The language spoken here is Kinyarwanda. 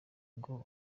ngo